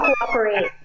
cooperate